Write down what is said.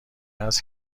است